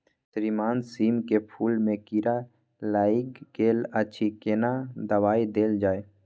श्रीमान सीम के फूल में कीरा लाईग गेल अछि केना दवाई देल जाय?